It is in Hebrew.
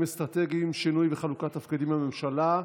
אסטרטגיים ושינוי בחלוקת תפקידים בממשלה.